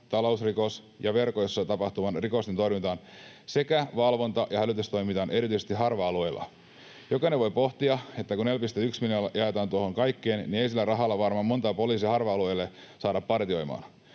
talousrikosten ja verkossa tapahtuvien rikosten torjuntaan sekä valvonta- ja hälytystoimintaan erityisesti harva-alueilla. Jokainen voi pohtia, että kun 4,1 miljoonaa jaetaan tuohon kaikkeen, niin ei sillä rahalla varmaan monta poliisia harva-alueelle saada partioimaan.